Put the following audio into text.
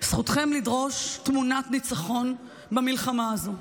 זכותכם לדרוש תמונת ניצחון במלחמה הזאת.